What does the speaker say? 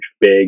big